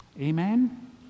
Amen